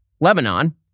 Lebanon